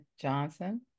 Johnson